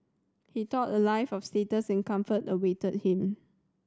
he thought a life of status and comfort awaited him